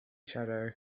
shadow